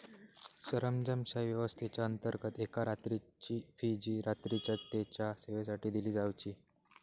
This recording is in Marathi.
सरंजामशाही व्यवस्थेच्याअंतर्गत एका रात्रीची फी जी रात्रीच्या तेच्या सेवेसाठी दिली जावची